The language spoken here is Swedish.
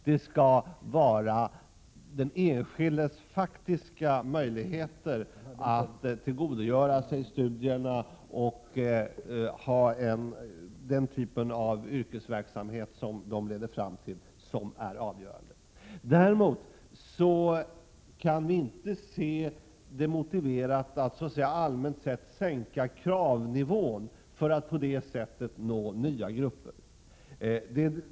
Det avgörande skall vara den enskildes faktiska möjligheter att tillgodogöra sig studierna och ägna sig åt den typ av yrkesverksamhet som de leder fram till. Däremot kan vi inte se att det är motiverat att allmänt sett sänka kravnivån för att på det sättet nå nya grupper.